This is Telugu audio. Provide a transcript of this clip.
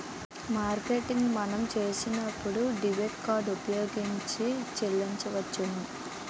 మార్కెటింగ్ మనం చేసినప్పుడు డెబిట్ కార్డు ఉపయోగించి చెల్లించవచ్చును